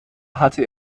hatte